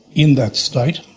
in that state.